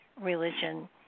religion